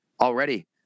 already